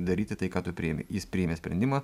daryti tai ką tu priimi jis priėmė sprendimą